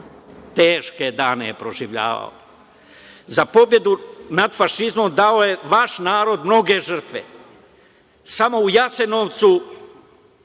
teške dane je proživljavao, za pobedu nad fašizmom dao je vaš narod mnoge žrtve. Samo u Jasenovcu,